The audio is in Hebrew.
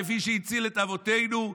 כפי שהציל את אבותינו.